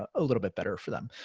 ah a little bit better for them?